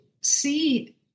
see